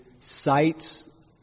sights